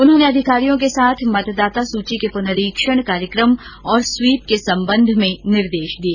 उन्होंने अधिकारियों के साथ मतदाता सूची के पुनरीक्षण कार्यक्रम और स्वीप के संबंध में निर्देश दिये